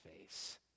face